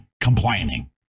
complaining